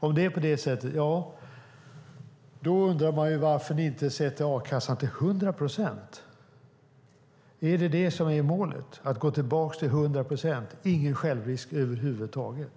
Om det är så undrar jag varför ni inte sätter a-kassan till 100 procent? Är målet att gå tillbaka till 100 procent och ingen självrisk över huvud taget?